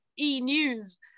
e-news